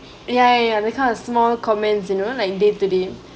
ya ya that kind of small comments you know like you day to day